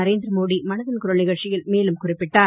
நரேந்திர மோடி மனதின் குரல் நிகழ்ச்சியில் மேலும் குறிப்பிட்டார்